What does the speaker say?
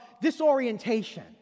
disorientation